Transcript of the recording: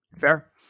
Fair